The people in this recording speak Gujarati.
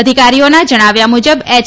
અધિકારીઓના જણાવ્યા મુજબ એચ